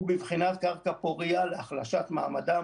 הוא בבחינת קרקע פורייה להחלשת מעמדם